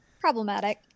problematic